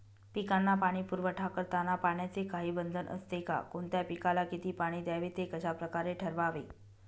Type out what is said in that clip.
पिकांना पाणी पुरवठा करताना पाण्याचे काही बंधन असते का? कोणत्या पिकाला किती पाणी द्यावे ते कशाप्रकारे ठरवावे?